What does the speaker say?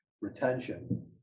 retention